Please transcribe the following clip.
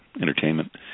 Entertainment